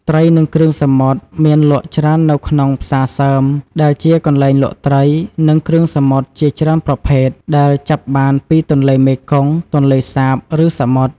ត្រី និងគ្រឿងសមុទ្រ មានលក់ច្រើននៅក្នុង "ផ្សារសើម" ដែលជាកន្លែងលក់ត្រី និងគ្រឿងសមុទ្រជាច្រើនប្រភេទ ដែលចាប់បានពីទន្លេមេគង្គ ទន្លេសាប ឬសមុទ្រ។